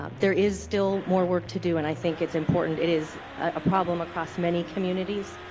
ah there is still more work to do. and i think it's important. it is a problem across many communities.